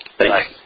Thanks